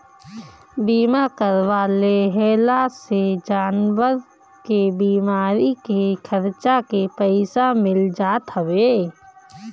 बीमा करवा लेहला से जानवर के बीमारी के खर्चा के पईसा मिल जात हवे